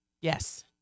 Yes